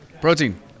Protein